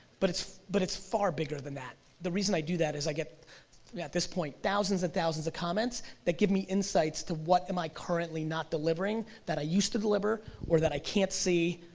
but it's but it's far bigger than that, the reason i do that is i get yeah at this point thousands and thousands of comments that give me insights to what am i currently not delivering that i used to deliver or that i can't see,